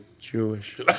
Jewish